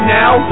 now